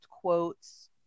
quotes